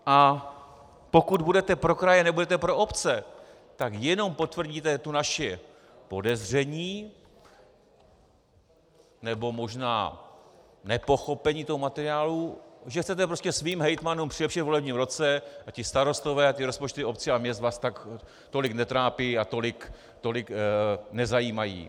A pokud budete pro kraje, nebudete pro obce, tak jenom potvrdíte naše podezření, nebo možná nepochopení toho materiálu, že chcete prostě svým hejtmanům přilepšit ve volebním roce a starostové a rozpočty obcí a měst vás tolik netrápí a tolik nezajímají.